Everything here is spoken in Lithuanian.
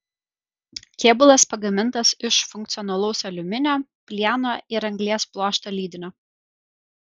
kėbulas pagamintas iš funkcionalaus aliuminio plieno ir anglies pluošto lydinio